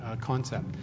concept